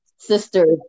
sisters